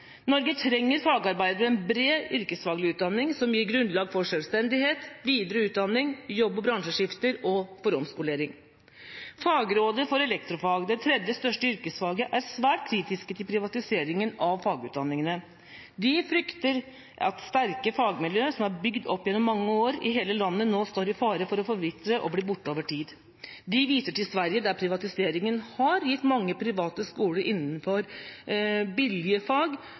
Norge trenger fagarbeidere med en bred yrkesfaglig utdanning som gir grunnlag for selvstendighet, videre utdanning, jobb- og bransjeskifter og omskolering. Faglig råd for elektrofag – som representerer det tredje største yrkesfaget – er svært kritisk til privatiseringen av fagutdanningene. De frykter at sterke fagmiljø som er bygd opp gjennom mange år i hele landet, nå står i fare for å forvitre og bli borte over tid. De viser til Sverige, der privatiseringen har gitt mange private skoler innenfor